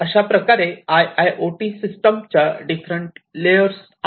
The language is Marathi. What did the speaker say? अशाप्रकारे आय आय ओ टी सिस्टमच्या डिफरंट लेयर्स आहेत